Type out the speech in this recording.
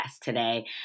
today